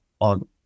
on